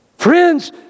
Friends